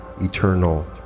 eternal